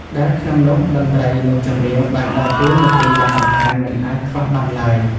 ដែលក្នុងនោះតន្ត្រី និងចម្រៀងបានដើរតួនាទីយ៉ាងសំខាន់មិនអាចខ្វះបានឡើយ។